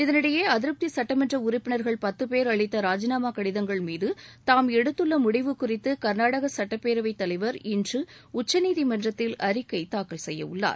இதனினடயே அதிருப்தி சட்டமன்ற உறுப்பினர்கள் பத்து பேர் அளித்த ராஜினாமா கடிதங்கள் மீது தாம் எடுத்துள்ள முடிவு குறித்து கர்நாடக சுட்டப் பேரவைத் தலைவர் இன்று உச்சநீதிமன்றத்தில் அறிக்கை தாக்கல் செய்ய உள்ளார்